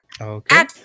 Okay